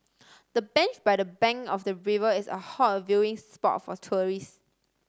the bench by the bank of the river is a hot viewing spot for tourists